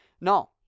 No